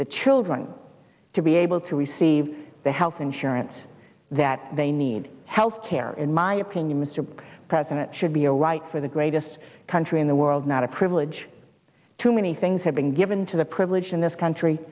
the children to be able to receive the health insurance that they need health care in my opinion mr president should be a right for the greatest country in the world not a privilege too many things have been given to the privileged in this country